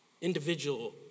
individual